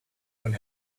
when